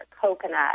coconut